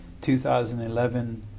2011